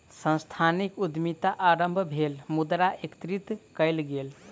सांस्थानिक उद्यमिता आरम्भक लेल मुद्रा एकत्रित कएल गेल